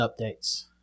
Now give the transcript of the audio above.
updates